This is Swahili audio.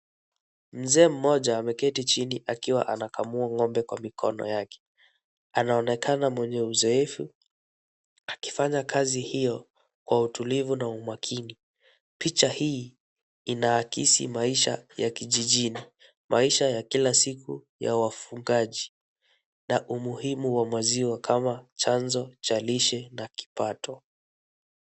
Mzee mmoja ameketi chini akiwa anakamua ng'ombe kwa mikono yake. Anaonekana mwenye uzoefu akifanya kazi hiyo kwa utulivu na umakini. Picha hii inaakisi maisha ya kijijini. Maisha ya kila siku ya wafugaji na umuhimu wa maziwa kama chanzo cha lishe na kipato.